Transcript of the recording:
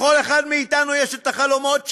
לכל אחד מאתנו יש החלומות שלו,